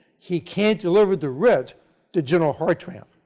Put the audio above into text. he can't deliver the writ to general hartranft.